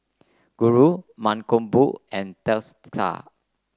Guru Mankombu and Teesta